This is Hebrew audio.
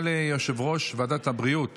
קורא ליושב-ראש ועדת הבריאות